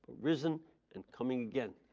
risen and coming again.